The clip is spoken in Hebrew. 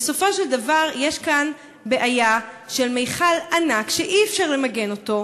בסופו של דבר יש כאן בעיה של מכל ענק שאי-אפשר למגן אותו,